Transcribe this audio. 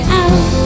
out